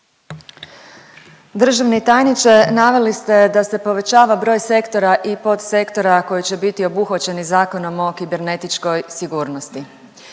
Državni tajniče naveli ste da se povećava broj sektora i podsektora koji će biti obuhvaćeni Zakonom o kibernetičkoj sigurnosti.